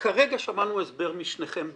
כרגע שמענו הסבר משניכם ביחד.